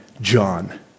John